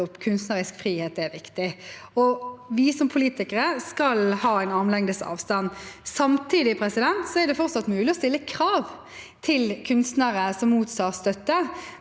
kunstnerisk frihet er viktig. Vi som politikere skal ha en armlengdes avstand. Samtidig er det fortsatt mulig å stille krav til kunstnere som mottar støtte,